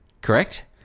Correct